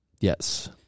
yes